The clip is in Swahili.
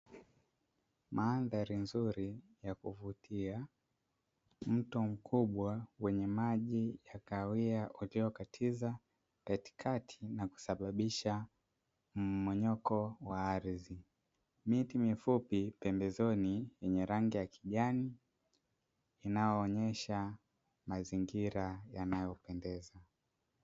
Mandhari nzuri ya kuvutia, mto mkubwa wenye maji ya kahawia yaliyokatiza katikati na kusababisha mmomonyoko wa ardhi. Miti mifupi pembezoni yenye rangi ya kijani inayoonyesha mazingira yanayopendeza.